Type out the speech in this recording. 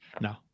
No